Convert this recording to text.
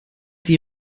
die